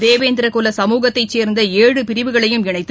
தேவேந்திர குல சமூகத்தை சேர்ந்த எழு பிரிவுகளையும் இணைத்து